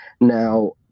Now